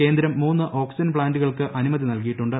കേന്ദ്രം മൂന്ന് ഓക്സിജൻ പ്ലാന്റുകൾക്ക് അനുമതി നൽകിയിട്ടുണ്ട്